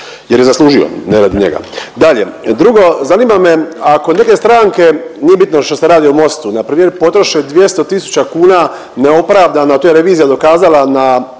jer je zaslužio, ne radi njega. Dalje, drugo, zanima me ako neke stranke, nije bitno što se radi o Mostu, npr. potroše 200 tisuća kuna neopravdano, a to je revizija dokazala